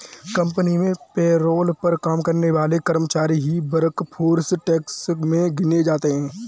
company में payroll पर काम करने वाले कर्मचारी ही वर्कफोर्स टैक्स में गिने जाते है